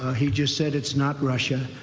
he just said it's not russia.